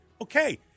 Okay